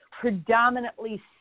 predominantly